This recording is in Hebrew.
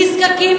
נזקקים,